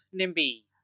Nimby